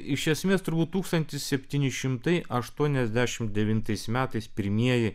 iš esmės turbūt tūkstantis septyni šimtai aštuoniasdešimt devintais metais pirmieji